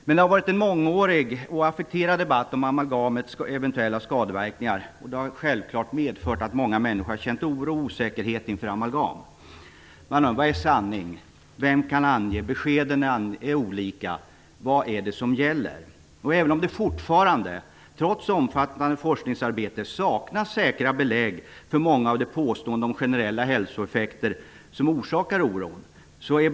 Det har varit en mångårig och affekterad debatt om amalgamets eventuella skadeverkningar. Det har självfallet medfört att många människor har känt oro och osäkerhet inför amalgam. De undrar vad som är sanning. Vem kan tala om det? Beskeden är olika. Vad är det som gäller? Trots ett omfattande forskningsarbete saknas det säkra belägg för att amalgam ligger bakom många av de påstådda generella hälsoeffekterna. Dessa påståenden orsakar dock oro.